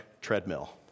treadmill